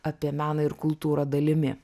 apie meną ir kultūrą dalimi